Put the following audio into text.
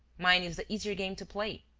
mine is the easier game to play.